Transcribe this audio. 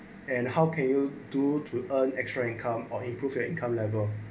and how can you do to earn extra income or improve your income level